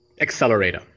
accelerator